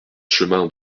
chemin